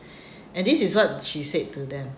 and this is what she said to them